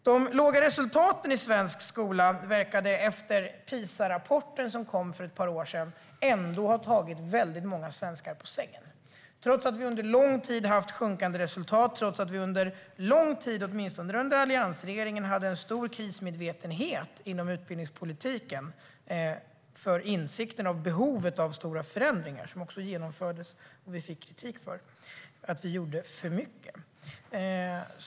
De låga resultaten i svensk skola verkade efter PISA-rapporten som kom för ett par år sedan ändå ha tagit väldigt många svenskar på sängen trots att vi under lång tid haft sjunkande resultat och under lång tid åtminstone under alliansregeringen hade en krismedvetenhet inom utbildningspolitiken. Vi hade insikten om behovet av stora förändringar. Det var något som också genomfördes, och vi fick kritik för att vi gjorde för mycket.